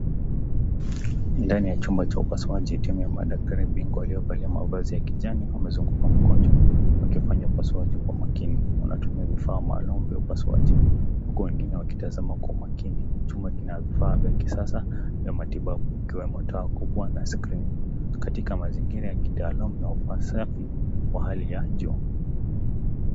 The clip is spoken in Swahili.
Ndani ya chumba cha upasuaji madaktari bingwa walio valia mavazi ya kijani wamezunguka mgonjwa wakifanya upasuaji kwa makini. Wanatumia vifaa maalum vya upasuaji huku wengine wakitazama kwa umakini. Chumab kina vifaa vya kisasa vya matibabu ikiwemo taa kubwa na spring . Katika mazingira ya kitaaulum na usafi wa hali ya juu.